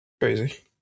Crazy